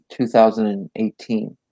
2018